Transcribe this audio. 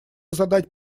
задать